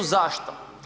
Zašto?